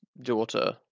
daughter